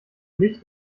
licht